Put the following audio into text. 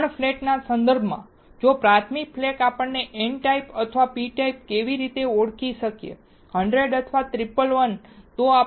ગૌણ ફ્લેટના સંદર્ભમાં જો પ્રાથમિક ફ્લેટ આપણે n ટાઇપ અથવા p ટાઇપ કેવી રીતે ઓળખી શકીએ 100 અથવા 111